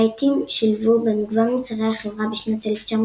רהיטים שולבו במגוון מוצרי החברה בשנת 1947